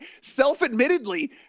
self-admittedly